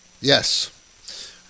Yes